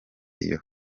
iyo